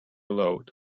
load